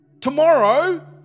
Tomorrow